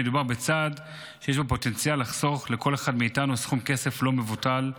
מדובר בצעד שיש בו פוטנציאל לחסוך לכל אחד מאיתנו סכום כסף לא מבוטל.